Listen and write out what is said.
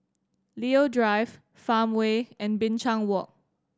Leo Drive Farmway and Binchang Walk